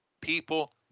people